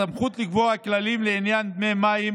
הסמכות לקבוע כללים לעניין דמי מים